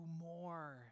more